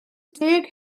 deg